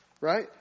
right